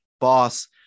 Boss